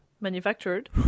Manufactured